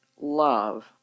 love